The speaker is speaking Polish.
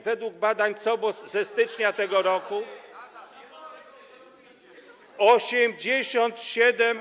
Według badań CBOS ze stycznia tego roku 87%